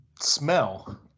smell